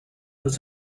was